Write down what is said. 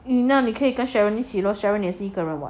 那你可以跟 sharon 一起咯 sharon 也是一个人 [what]